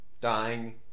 dying